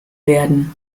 werden